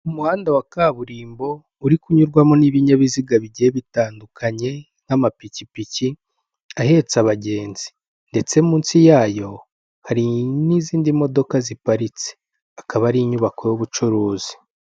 Umuhanda wa kaburimbo uri kunyurwamo n'ibinyabiziga bigiye bitandukanye, nk'amapikipiki ahetse abagenzi ndetse munsi yayo hari n'izindi modoka ziparitse; akaba ari inyubako y'ubucuruzi.